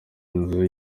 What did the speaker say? nzu